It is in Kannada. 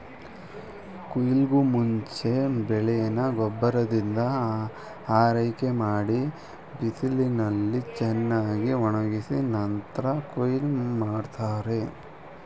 ಕುಯ್ಲಿಗೂಮುಂಚೆ ಬೆಳೆನ ಗೊಬ್ಬರದಿಂದ ಆರೈಕೆಮಾಡಿ ಬಿಸಿಲಿನಲ್ಲಿ ಚೆನ್ನಾಗ್ಒಣುಗ್ಸಿ ನಂತ್ರ ಕುಯ್ಲ್ ಮಾಡ್ತಾರೆ